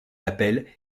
appel